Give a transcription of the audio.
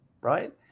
right